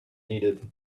needed